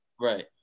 Right